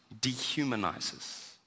dehumanizes